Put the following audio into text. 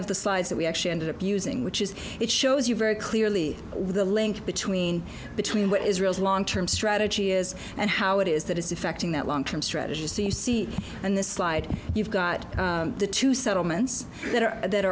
of the slides that we actually ended up using which is it shows you very clearly the link between between what israel's long term strategy is and how it is that is affecting that long term strategy see you see and this slide you've got the two settlements that are that